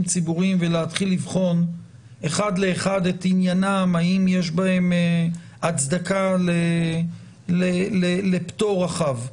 ציבוריים ולהתחיל לבחון חד לאחד את עניינם האם יש בהם הצדקה לפטור רחב.